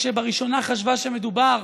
כשבהתחלה חשבה שמדובר